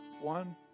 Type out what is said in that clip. One